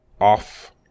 off